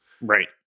Right